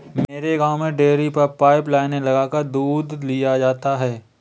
मेरे गांव में डेरी पर पाइप लाइने लगाकर दूध लिया जाता है